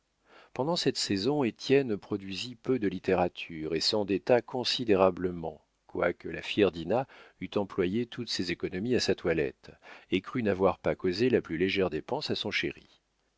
pendant cette saison étienne produisit peu de littérature et s'endetta considérablement quoique la fière dinah eût employé toutes ses économies à sa toilette et crût n'avoir pas causé la plus légère dépense à son chéri